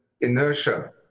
inertia